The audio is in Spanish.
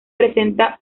presenta